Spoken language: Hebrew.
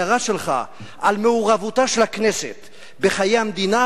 אני אומר: ההערה שלך על מעורבותה של הכנסת בחיי המדינה,